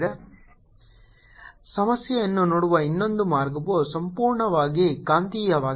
rr P ಸಮಸ್ಯೆಯನ್ನು ನೋಡುವ ಇನ್ನೊಂದು ಮಾರ್ಗವು ಸಂಪೂರ್ಣವಾಗಿ ಕಾಂತೀಯವಾಗಿದೆ